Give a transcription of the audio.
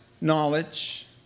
knowledge